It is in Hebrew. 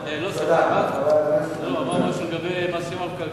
הוא אמר משהו לגבי, משהו עם המקרקעין.